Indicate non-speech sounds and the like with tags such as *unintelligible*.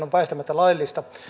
*unintelligible* on väistämättä laillista